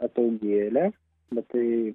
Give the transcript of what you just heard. ataugėlė bet tai